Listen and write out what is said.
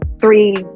three